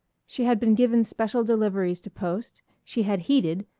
she had been given special deliveries to post she had heeded,